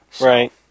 Right